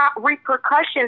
repercussions